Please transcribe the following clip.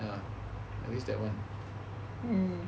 ya that means that [one]